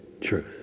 truth